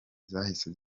zahise